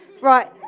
Right